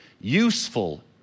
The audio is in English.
useful